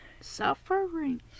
Suffering